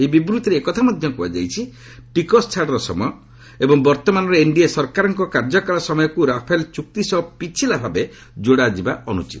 ଏହି ବିବୂଭିରେ କୁହାଯାଇଛି ଟିକସ ଛାଡ଼ର ସମୟ ଏବଂ ବର୍ତ୍ତମାନର ଏନ୍ଡିଏ ସରକାରଙ୍କ କାର୍ଯ୍ୟକାଳ ସମୟକ୍ର ରାଫେଲ୍ ଚ୍ଚକ୍ତି ସହ ପିଛିଲା ଭାବେ ଯୋଡ଼ାଯିବା ଅନ୍ତଚିତ